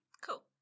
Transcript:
cool